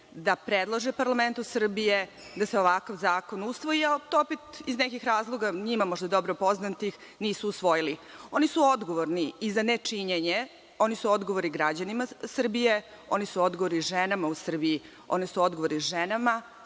da predlože parlamentu Srbije da se ovakav zakon usvoji, ali to opet iz nekih razloga njima možda dobro poznatih nisu usvojili. Oni su odgovorni i za nečinjenje, oni su odgovorni građanima Srbije, oni su odgovorni ženama u Srbiji, oni su odgovorni ženama,